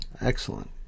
Excellent